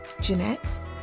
Jeanette